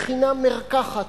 מכינה מרקחת,